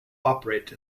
operate